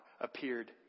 appeared